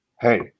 hey